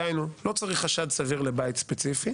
דהיינו, לא צריך חשד סביר לבית ספציפי,